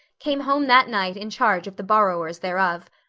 came home that night in charge of the borrowers thereof.